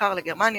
בעיקר לגרמניה,